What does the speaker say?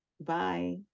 Bye